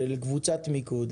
או של קבוצת מיקוד,